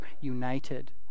United